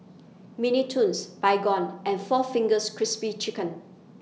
Mini Toons Baygon and four Fingers Crispy Chicken